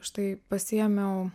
štai pasiėmiau